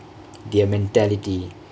they're mentality